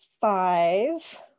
five